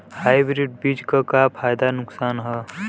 Hybrid बीज क का फायदा नुकसान ह?